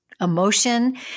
emotion